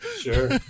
Sure